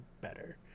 better